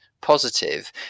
positive